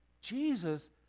Jesus